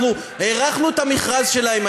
אנחנו הארכנו את המכרז שלהם,